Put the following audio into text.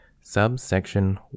Subsection